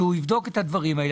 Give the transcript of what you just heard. שהוא יבדוק את הדברים האלה.